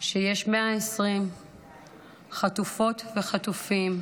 יש 120 חטופות וחטופים,